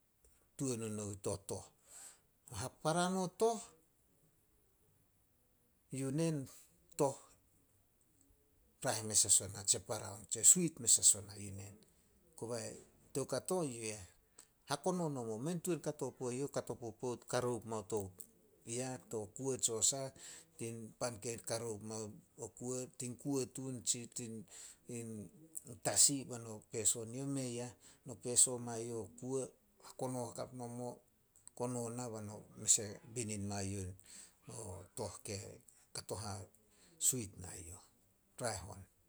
Tuan o nouh to toh. No hapara no toh, yu nen toh raeh mes as ona, tse para on, tse suit mes as ona yu nen. Kobai, toukato yu eh, hakono nomo. Mei tuan kato puo youh, kato popout karoup mao to, ya to kuo tso sah, tin pan ke karoup mao o kuo, tin kuo tun tsi tin, in tasi be no peso ne youh. Mei ah. No peso mai youh kuo, hakono hakap nomo, kono na bai no mes e binin mai youh o toh ke kato hasuit nai youh, raeh on.